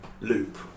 loop